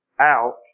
out